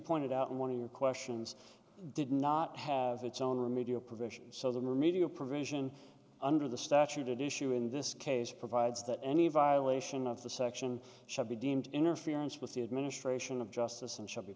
pointed out one of your questions did not have its own remedial provisions so the remedial provision under the statute issue in this case provides that any violation of the section shall be deemed interference with the administration of justice and shall be